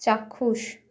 চাক্ষুষ